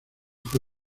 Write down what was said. fue